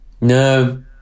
No